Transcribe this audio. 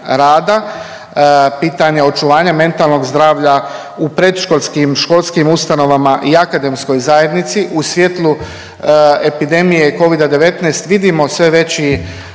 pitanje očuvanja mentalnog zdravlja u predškolskim, školskim ustanovama i akademskoj zajednici. U svjetlu epidemije Covida-19 vidimo sve veći